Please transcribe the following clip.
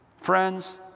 Friends